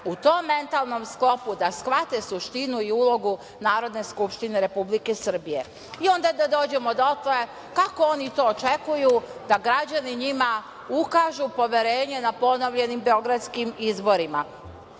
u tom mentalnom sklopu da shvate suštinu i ulogu Narodne skupštine Republike Srbije. Onda da dođemo dotle kako oni to očekuju da građani njima ukažu poverenje na ponovljenim beogradskim izborima?